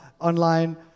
online